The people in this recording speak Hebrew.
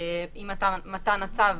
אם מתן הצו,